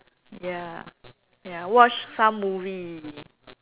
ya ya watch some movie